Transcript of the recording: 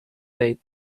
date